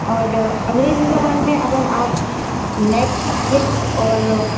اور انگریزی زبان میں اگر آپ نیٹ فلکس اور